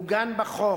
מוגן בחוק,